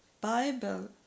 Bible